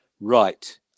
Right